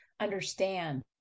understand